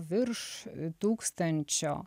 virš tūkstančio